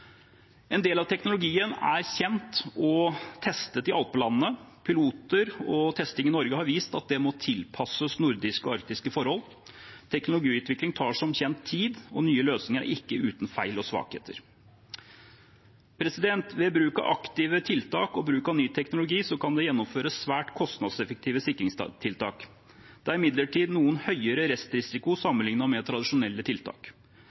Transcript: En del av teknologien er kjent og testet i alpelandene. Piloter og testing i Norge har vist at det må tilpasses nordiske og arktiske forhold. Teknologiutvikling tar som kjent tid, og nye løsninger er ikke uten feil og svakheter. Ved bruk av aktive tiltak og bruk av ny teknologi kan det gjennomføres svært kostnadseffektive sikringstiltak. Det er imidlertid noe høyere restrisiko sammenlignet med tradisjonelle tiltak.